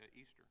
easter